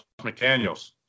McDaniels